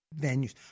venues